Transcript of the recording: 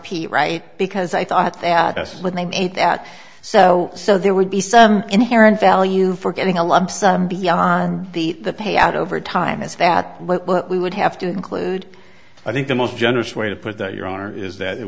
pete right because i thought that s what they ate that so so there would be some inherent value for getting a lump sum beyond the the payout over time is that what we would have to include i think the most generous way to put that your honor is that it